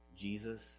Jesus